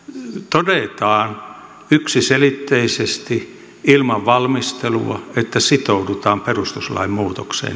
todetaan yksiselitteisesti ilman valmistelua että sitoudutaan perustuslain muutokseen